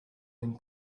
and